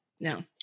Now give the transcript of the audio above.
no